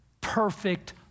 perfect